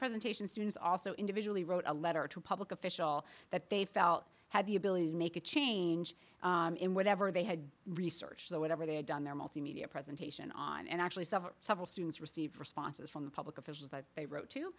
presentation students also individually wrote a letter to a public official that they felt had the ability to make a change in whatever they had research that whatever they had done their multimedia presentation on and actually saw several students receive responses from the public officials that they wrote to